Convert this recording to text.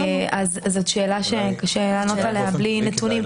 זאת שאלה שקשה לי לענות עליה בלי נתונים.